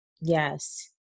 yes